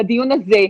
לדיון הזה,